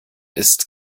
ist